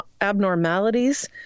abnormalities